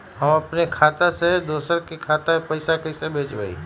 हम अपने खाता से दोसर के खाता में पैसा कइसे भेजबै?